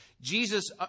Jesus